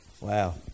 Wow